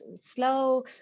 slow